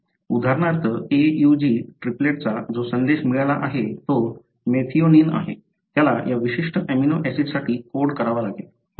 उदाहरणार्थ AUG ट्रिपलेटला जो संदेश मिळाला आहे तो मेथिओनिन आहे त्याला या विशिष्ट अमीनो ऍसिडसाठी कोड करावा लागेल